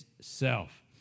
self